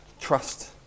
trust